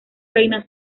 reina